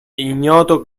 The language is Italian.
ignoto